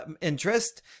interest